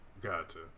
Gotcha